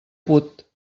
put